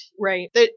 Right